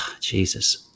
Jesus